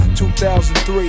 2003